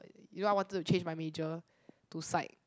you know I wanted to change my major to psych